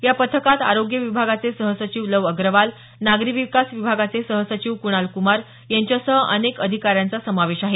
या पथकात आरोग्य विभागाचे सहसचिव लव अग्रवाल नागरी विकास विभागाचे सहसचिव कुणाल कुमार यांच्यासह अनेक अधिकाऱ्यांचा समावेश आहे